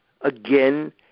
again